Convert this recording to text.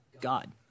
God